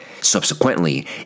Subsequently